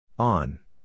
On